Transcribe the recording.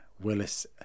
Willis